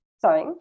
Sorry